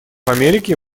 америки